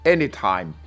Anytime